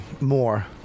more